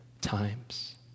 times